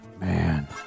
Man